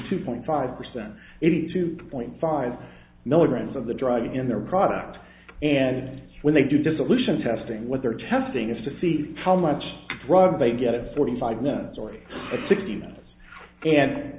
two point five percent eighty two point five milligrams of the drug in their product and when they do dissolution testing what they're testing is to see how much drug they get forty five minutes or sixty minutes and